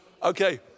Okay